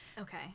okay